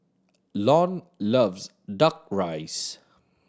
Lon loves Duck Rice